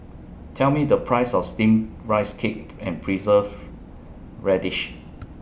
Tell Me The Price of Steamed Rice Cake and Preserved Radish